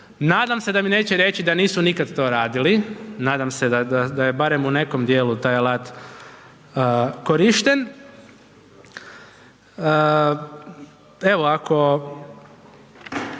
Nadam se da mi neće reći da nisu nikad to radili, nadam se da je barem u nekom dijelu taj alat korišten. Evo ako,